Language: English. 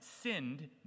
sinned